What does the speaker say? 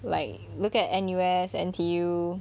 like look at N_U_S N_T_U